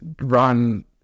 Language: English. run